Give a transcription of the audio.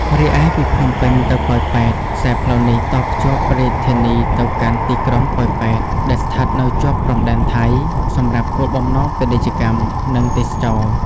រីឯពីភ្នំពេញទៅប៉ោយប៉ែត ខ្សែផ្លូវនេះតភ្ជាប់រាជធានីទៅកាន់ទីក្រុងប៉ោយប៉ែត ដែលស្ថិតនៅជាប់ព្រំដែនថៃ សម្រាប់គោលបំណងពាណិជ្ជកម្ម និងទេសចរណ៍។